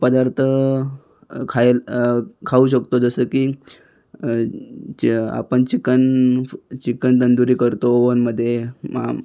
पदार्थ खायल खाऊ शकतो जसं की चि आपण चिकन चिकन तंदूरी करतो ओव्हनमध्ये मा